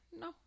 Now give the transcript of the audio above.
No